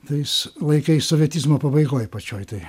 tais laikais sovietizmo pabaigoj pačioj tai